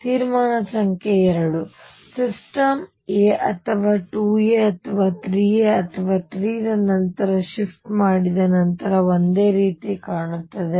ತೀರ್ಮಾನ ಸಂಖ್ಯೆ 2 system a ಅಥವಾ 2 a ಅಥವಾ 3 a ಅಥವಾ 3 ರ ನಂತರ ಶಿಫ್ಟ್ ಮಾಡಿದ ನಂತರ ಒಂದೇ ರೀತಿ ಕಾಣುತ್ತದೆ